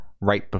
right